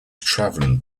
traveling